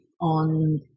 on